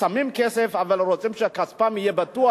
שמים כסף, אבל רוצים שכספם יהיה בטוח.